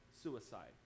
suicide